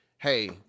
Hey